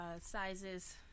Sizes